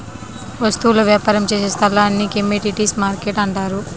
వస్తువుల వ్యాపారం చేసే స్థలాన్ని కమోడీటీస్ మార్కెట్టు అంటారు